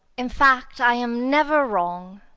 in fact, i am never wrong.